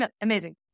amazing